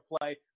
play